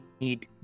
need